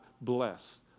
bless